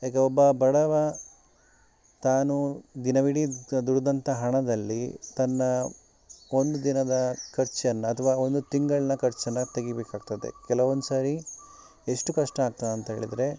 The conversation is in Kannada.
ಈಗ ಒಬ್ಬ ಬಡವ ತಾನು ದಿನವಿಡೀ ದುಡ್ದಂಥ ಹಣದಲ್ಲಿ ತನ್ನ ಒಂದು ದಿನದ ಖರ್ಚನ್ನು ಅಥವಾ ಒಂದು ತಿಂಗಳಿನ ಖರ್ಚನ್ನು ತೆಗಿಬೇಕಾಗ್ತದೆ ಕೆಲವೊಂದು ಸಾರಿ ಎಷ್ಟು ಕಷ್ಟ ಆಗ್ತದಂಥೇಳಿದ್ರೆ